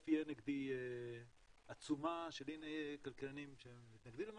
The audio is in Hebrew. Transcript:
תיכף תהיה נגדי עצומה של כלכלנים שמתנגדים למה